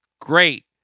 great